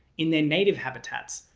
in their native habitat,